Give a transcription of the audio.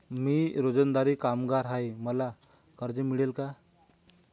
मी रोजंदारी कामगार आहे मला कर्ज मिळेल का?